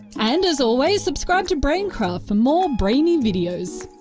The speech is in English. and as always, subscribe to braincraft for more brainy videos.